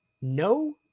no